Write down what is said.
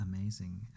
amazing